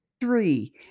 Three